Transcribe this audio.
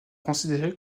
considérés